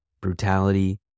brutality